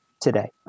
today